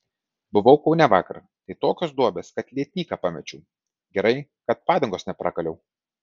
buvau kaune vakar tai tokios duobės kad lietnyką pamečiau gerai kad padangos neprakaliau